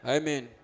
Amen